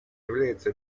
является